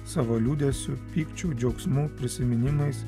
savo liūdesiu pykčiu džiaugsmu prisiminimais